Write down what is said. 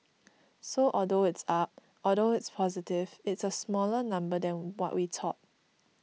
so although it's up although it's positive it's a smaller number than what we thought